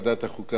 חוק ומשפט,